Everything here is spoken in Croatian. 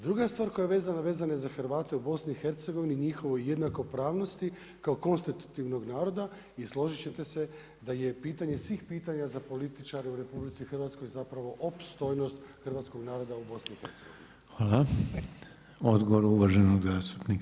Druga stvar koja je vezana, vezana za Hrvate u BIH, njihovo jednakopravnosti kao konstruktivnog naroda i složiti ćete se da je pitanje svih pitanja za političare u RH, zapravo opstojnost hrvatskog naroda u BIH.